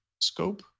scope